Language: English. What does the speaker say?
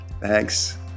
thanks